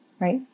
right